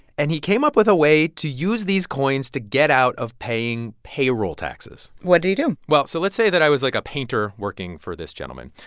and he came up with a way to use these coins to get out of paying payroll taxes what did he do? well, so let's say that i was, like, a painter working for this gentleman.